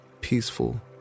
peaceful